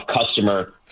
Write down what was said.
customer